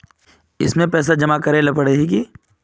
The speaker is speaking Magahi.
इसमें पैसा जमा करेला पर है की?